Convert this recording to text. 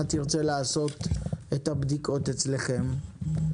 תרצה לעשות את הבדיקות אצלכם או לא.